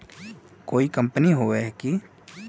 कोई कंपनी होबे है की?